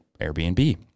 Airbnb